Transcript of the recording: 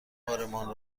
بارمان